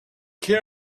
care